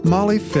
Molly